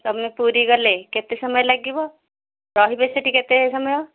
ତୁମେ ପୁରୀ ଗଲେ କେତେ ସମୟ ଲାଗିବ ରହିବେ ସେଠି କେତେ ସମୟ